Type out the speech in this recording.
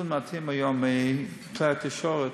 נתון מדהים היום מכלי התקשורת,